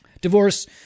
Divorce